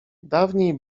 dawniej